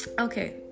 okay